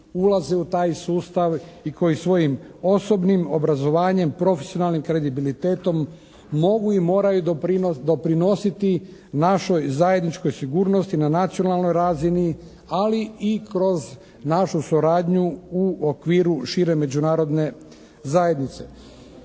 ulaze u taj sustav i koji svojim osobnim obrazovanjem profesionalnim kredibilitetom mogu i moraju doprinositi našoj zajedničkoj sigurnosti na nacionalnoj razini ali i kroz našu suradnju u okviru šire međunarodne zajednice.